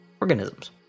Organisms